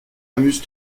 amuse